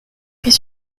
pris